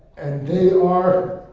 and they are.